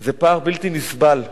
זה פער בלתי נסבל.